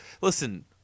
Listen